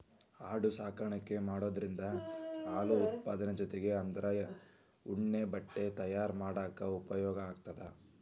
ಆಡು ಸಾಕಾಣಿಕೆ ಮಾಡೋದ್ರಿಂದ ಹಾಲು ಉತ್ಪಾದನೆ ಜೊತಿಗೆ ಅದ್ರ ಉಣ್ಣೆ ಬಟ್ಟೆ ತಯಾರ್ ಮಾಡಾಕ ಉಪಯೋಗ ಮಾಡ್ತಾರ